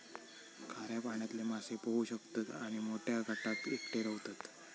खाऱ्या पाण्यातले मासे पोहू शकतत आणि मोठ्या गटात एकटे रव्हतत